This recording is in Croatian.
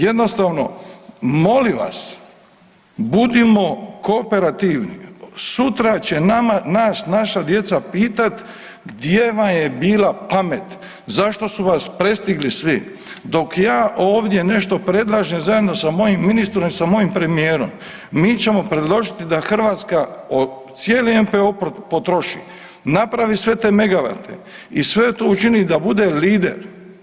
Jednostavno molim vas budimo kooperativni, sutra će nama nas naša djeca pitat gdje vam je bila pamet, zašto su vas prestigli svi, dok ja ovdje nešto predlažem zajedno sa mojim ministrom i mojim premijerom mi ćemo predložiti da Hrvatska cijeli NPO potroši, napravi sve te megavate i sve to učini da bude lider.